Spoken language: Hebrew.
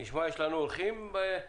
נשמע את האורחים בזום.